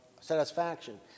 satisfaction